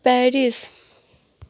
Paris